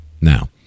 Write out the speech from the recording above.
now